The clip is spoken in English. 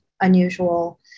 unusual